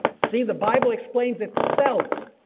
see the bible explains itself.